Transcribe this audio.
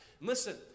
Listen